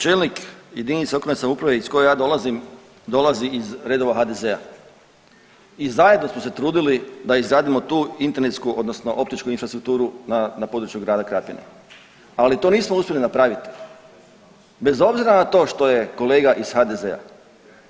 Čelnik jedinice lokalne samouprave iz koje ja dolazim dolazi iz redova iz HDZ-a i zajedno smo se trudili da izradimo tu internetsku odnosno optičku infrastrukturu na području grada Krapine, ali to nismo uspjeli napraviti, bez obzira na to što je kolega iz HDZ-a.